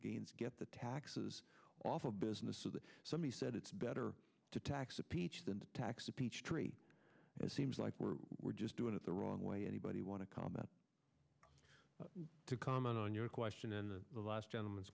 gains get the taxes off of business so that somebody said it's better to tax a peach than to tax a peach tree it seems like we're we're just doing it the wrong way anybody want to comment to comment on your question in the last gentleman's